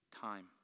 time